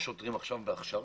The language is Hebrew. שוטרים בהכשרה,